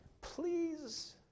please